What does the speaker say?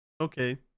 Okay